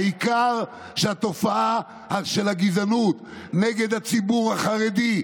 העיקר שהתופעה של הגזענות נגד הציבור החרדי,